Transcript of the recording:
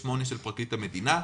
14.8 של פרקליט המדינה,